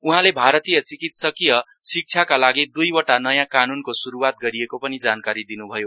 उहाँले भारतीय चिकित्सकीय शिक्षाका लागि द्ईवटा नयाँ कानूनको श्रूवात गरिएको पनि जानकारी दिन्भयो